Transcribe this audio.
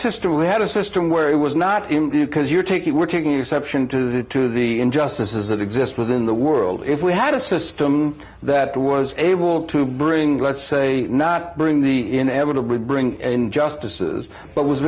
system we had a system where it was not imbued because you're taking we're taking exception to that to the injustices that exist within the world if we had a system that was able to bring let's say not bring the inevitably bring justices but was